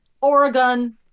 Oregon